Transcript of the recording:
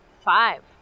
Five